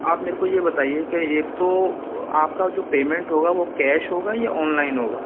आप मेरे को ये बताइए कि एक तो आपका जो पेमेंट होगा वो कैश होगा या ऑनलाइन होगा